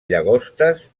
llagostes